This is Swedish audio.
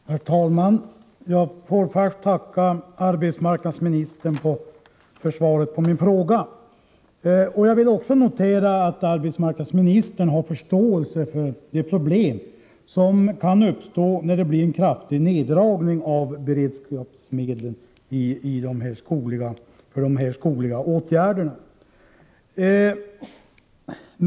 Herr talman! Jag får tacka arbetsmarknadsministern för svaret på min fråga. Jag noterar att arbetsmarknadsministern har förståelse för de problem som kan uppstå när det blir en kraftig neddragning av beredskapsmedlen då det gäller de skogliga åtgärderna.